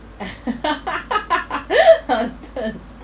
I was just